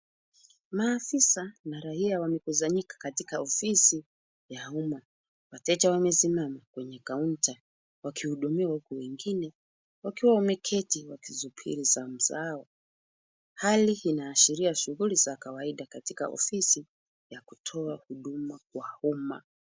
Maafisa na raia wamekusanyika katika ofisi ya umma. Wateja wamesimama kwenye kaunta wakihudumiwa, huku wengine wakiwa wameketi wakisubiri zamu zao. Hali inaashiria shughuli za kawaida katika ofisi ya kutoa huduma kwa umma.